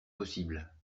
possibles